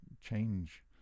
change